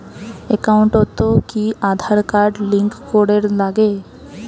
একাউন্টত কি Aadhaar card link করের নাগে?